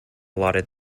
allotted